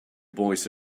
boys